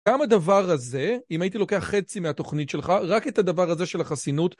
גם הדבר הזה, אם הייתי לוקח חצי מהתוכנית שלך, רק את הדבר הזה של החסינות